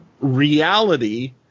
reality